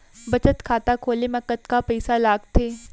बचत खाता खोले मा कतका पइसा लागथे?